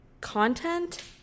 content